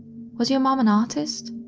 was your mom an artist?